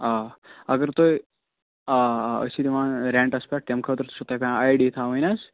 آ اَگر تُہۍ آ آ أسۍ چھِ دِوان رٮ۪نٹَس پٮ۪ٹھ تَمہِ خٲطرٕ چھُو تۄہہِ پٮ۪وان آے ڈی تھاوٕنۍ حظ